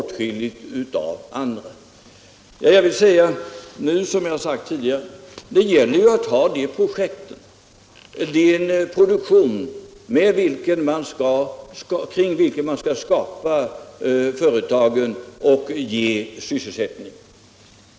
Till det vill jag säga nu, som jag har sagt tidigare, att det gäller ju att ha de projekten, en produktion kring vilken man skall skapa företag och bereda sysselsättning.